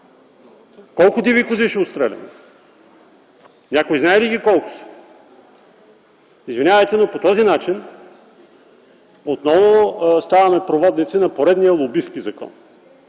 Колко диви кози ще отстреляме? Някой знае ли колко са? Извинявайте, но по този начин отново ставаме проводници на поредния лобистки закон.